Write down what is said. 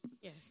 Yes